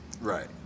Right